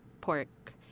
pork